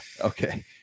Okay